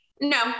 No